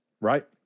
Right